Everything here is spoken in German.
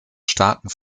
starken